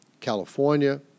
California